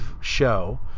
show